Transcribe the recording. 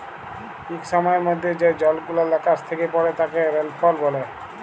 ইক সময়ের মধ্যে যে জলগুলান আকাশ থ্যাকে পড়ে তাকে রেলফল ব্যলে